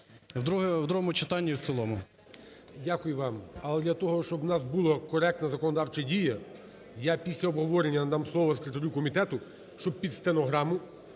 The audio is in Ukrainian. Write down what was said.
в другому читанні і в цілому. ГОЛОВУЮЧИЙ. Дякую вам. Але для того, щоб у нас була коректна законодавча дія, я після обговорення надам слово секретарю комітету, щоб під стенограму